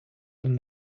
from